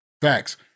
Facts